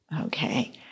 Okay